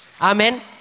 Amen